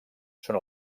són